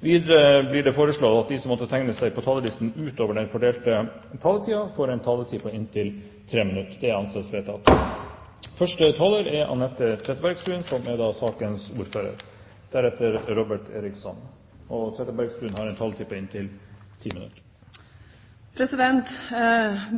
Videre blir det foreslått at de som måtte tegne seg på talerlisten utover den fordelte taletid, får en taletid på inntil 3 minutter. – Det anses vedtatt.